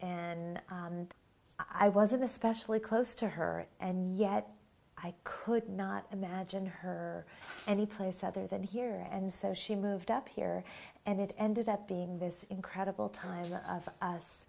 and i was especially close to her and yet i could not imagine her any place other than here and so she moved up here and it ended up being this incredible time of us